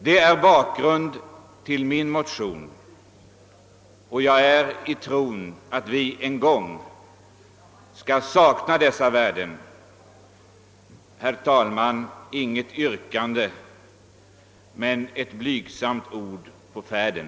Det är bakgrund till min motion och jag är i tron att vi en gång skall sakna dessa värden. Herr talman! Inget yrkande men ett blygsamt ord på färden.